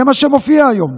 זה מה שמופיע היום,